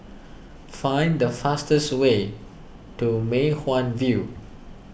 find the fastest way to Mei Hwan View